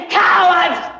cowards